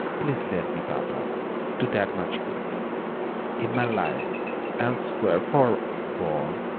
please let me, papa do that much good in my life else wherefore born